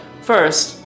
first